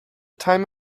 time